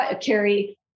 carrie